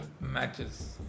matches